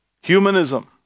humanism